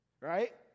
right